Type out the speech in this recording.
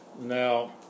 Now